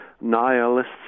nihilists